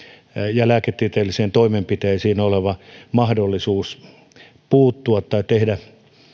ja lääketieteellisiin toimenpiteisiin oleva rajattu mahdollisuus puuttua tai tehdä